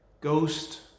ghost